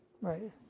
Right